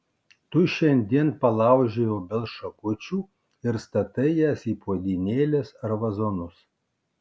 tu šiandien palaužei obels šakučių ir statai jas į puodynėles ar vazonus